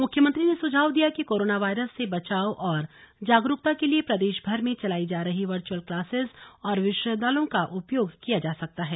मुख्यमंत्री ने सुझाव दिया कि कोरोना वायरस से बचाव और जागरूकता के लिए प्रदेशभर में चलायी जा रही वर्चुअल क्लासिस और विश्वविद्यालयों का उपयोग किया जा सकता है